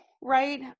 right